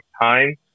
time